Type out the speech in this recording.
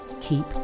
keep